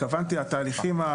אבל הוועדה היא ועדה קיימת.